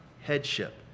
headship